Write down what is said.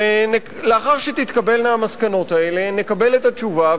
ולאחר שתתקבלנה המסקנות האלה נקבל את התשובה,